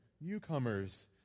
newcomers